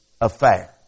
affair